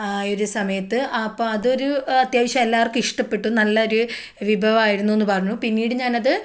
ആ ഒരു സമയത്ത് അപ്പം അതൊരു അത്യാവശ്യം എല്ലാവർക്കും ഇഷ്ടപ്പെട്ടു നല്ലൊരു വിഭവം ആയിരുന്നൂന്ന് പറഞ്ഞു പിന്നീട് ഞാൻ അത്